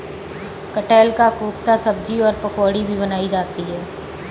कटहल का कोफ्ता सब्जी और पकौड़ी भी बनाई जाती है